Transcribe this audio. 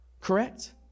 Correct